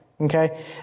Okay